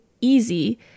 easy